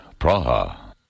Praha